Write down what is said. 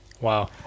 Wow